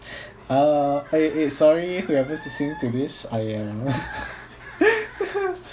ah eh eh sorry whoever's listening to this I am